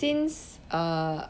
since err